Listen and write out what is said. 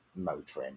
Motrin